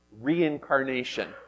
reincarnation